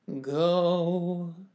go